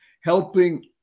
helping